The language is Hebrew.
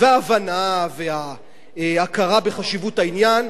וההבנה וההכרה בחשיבות העניין,